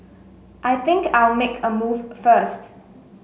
I think I'll make a move first